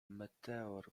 meteor